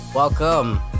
Welcome